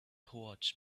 towards